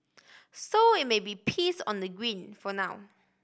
so it may be peace on the green for now